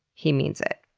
he means it.